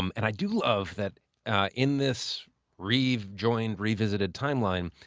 um and i do love that in this rejoined, revisited timeline,